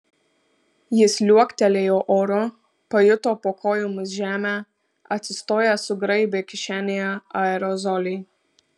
jis liuoktelėjo oru pajuto po kojomis žemę atsistojęs sugraibė kišenėje aerozolį